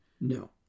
No